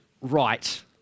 right